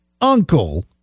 uncle